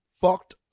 fucked